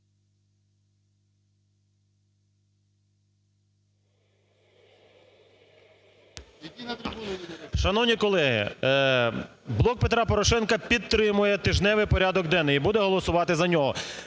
Шановні колеги, "Блок Петра Порошенка" підтримує тижневий порядок денний і буде голосувати за нього.